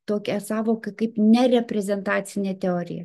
tokią sąvoką kaip nereprezentacinė teorija